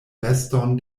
veston